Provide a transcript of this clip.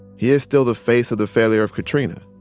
he is still the face of the failure of katrina.